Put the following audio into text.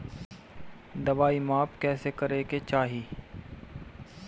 दवाई माप कैसे करेके चाही?